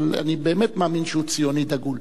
אבל אני באמת מאמין שהוא ציוני דגול.